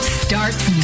starts